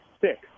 six